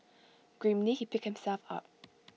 grimly he picked himself up